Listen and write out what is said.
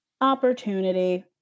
Opportunity